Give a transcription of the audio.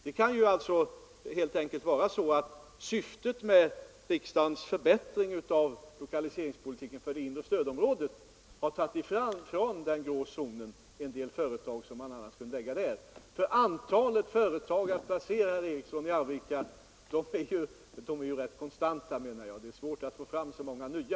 Det kan helt enkelt vara så att den av riksdagen åsyftade förbättringen av lokaliseringsmedlen till förmån för det inre stödområdet har tagit ifrån den grå zonen en del företag som annars skulle ha förlagts dit. Antalet företag att placera, herr Eriksson i Arvika, är ju rätt konstant. Det är svårt att få fram så många nya.